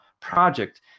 project